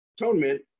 atonement